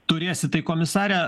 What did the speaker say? turėsit tai komisare